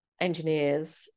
engineers